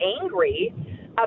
angry